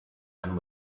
and